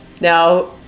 Now